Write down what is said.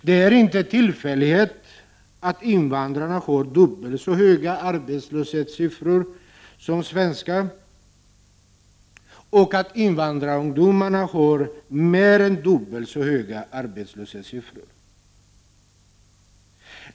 Det är ingen tillfällighet att invandrarna har dubbelt så höga arbetslöshetssiffror som svenskarna, och att invandrarungdomarna har mer än dubbelt så höga arbetslöshetssiffror som de svenska ungdomarna.